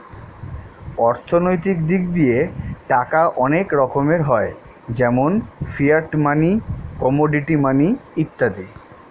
অর্থনৈতিক দিক দিয়ে টাকা অনেক রকমের হয় যেমন ফিয়াট মানি, কমোডিটি মানি ইত্যাদি